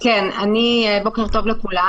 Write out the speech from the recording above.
בוקר טוב לכולם,